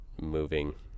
moving